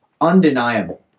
undeniable